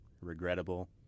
regrettable